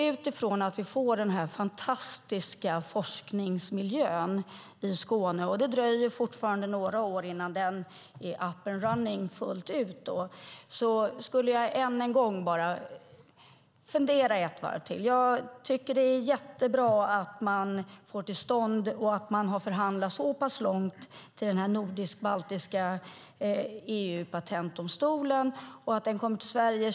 Utifrån att vi får den här fantastiska forskningsmiljön i Skåne - det dröjer fortfarande några år innan den är up and running fullt ut - skulle jag än en gång vilja säga: Fundera ett varv till! Jag tycker att det är jättebra att man får till stånd den nordisk-baltiska EU-patentdomstolen och har förhandlat så pass långt när det gäller den, och det känns bra att den kommer till Sverige.